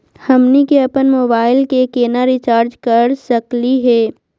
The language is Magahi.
हमनी के अपन मोबाइल के केना रिचार्ज कर सकली हे?